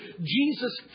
Jesus